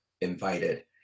invited